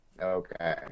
Okay